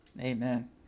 Amen